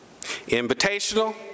Invitational